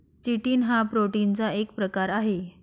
chitin हा प्रोटीनचा एक प्रकार आहे